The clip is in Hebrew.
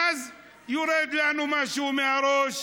ואז זה יורד לנו משהו מהראש.